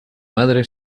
madre